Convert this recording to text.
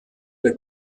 der